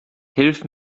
hilf